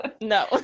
No